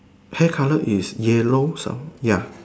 hair color is yellow some ya